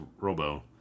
Robo